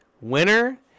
Winner